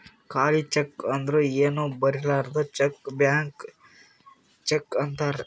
ಖಾಲಿ ಚೆಕ್ ಅಂದುರ್ ಏನೂ ಬರಿಲಾರ್ದು ಚೆಕ್ ಬ್ಲ್ಯಾಂಕ್ ಚೆಕ್ ಅಂತಾರ್